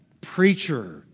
preacher